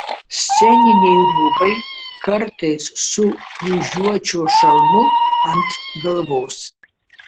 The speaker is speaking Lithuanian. sceniniai rūbai kartais su kryžiuočio šalmu ant galvos